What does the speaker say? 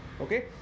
Okay